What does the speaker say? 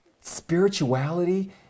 spirituality